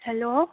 hello